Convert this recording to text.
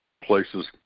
places